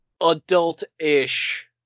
adult-ish